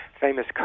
famous